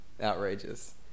outrageous